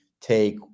take